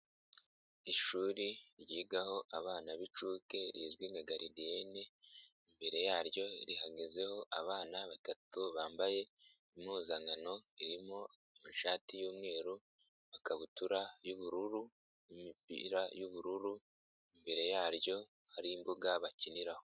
Ishuri ryigaho abana b'inshuke rizwi nka garidiyene, imbere yaryo rihagazeho abana batatu bambaye impuzankano irimo ishati y'umweru, ikabutura y'ubururu n'imipira y'ubururu, imbere yaryo hari imbuga bakiniraho.